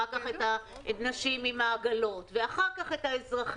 אחר כך אנשים עם עגלות ואחר כך את כל השאר.